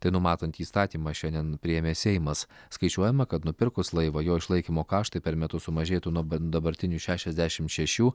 tai numatantį įstatymą šiandien priėmė seimas skaičiuojama kad nupirkus laivą jo išlaikymo kaštai per metus sumažėtų nuo dabartinių šešiasdešim šešių